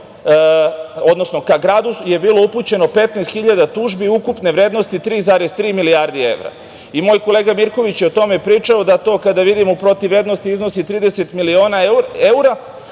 strankom ka gradu je bilo upućeno 15.000 tužbi ukupne vrednosti 3,3 milijarde evra. Moj kolega Mirković je o tome pričao da to kada vidimo u protivvrednosti iznosi 30 miliona evra